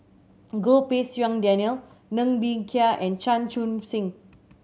Goh Pei Siong Daniel Ng Bee Kia and Chan Chun Sing